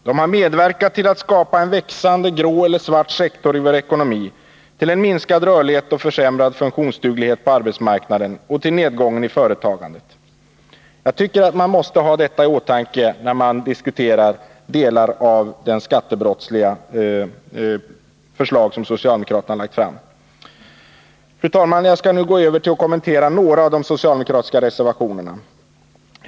Det har medverkat till att skapa en växande grå eller svart sektor i vår ekonomi, till minskad rörlighet och försämrad funktionsduglighet på arbetsmarknaden och till nedgång i företagen. Jag tycker att man måste ha detta i åtanke när man diskuterar delar av de förslag mot skattebrottsligheten som socialdemokraterna har lagt fram. Fru talman! Jag skall nu gå över till att kommentera några av de socialdemokratiska reservationerna.